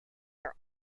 are